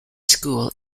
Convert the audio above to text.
school